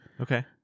Okay